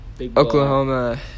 Oklahoma